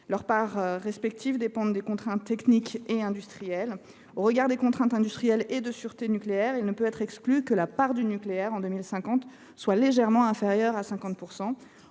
le mix énergétique dépend des contraintes techniques et industrielles. Eu égard aux contraintes industrielles et de sûreté nucléaire, il ne peut être exclu que la part du nucléaire en 2050 soit légèrement inférieure à 50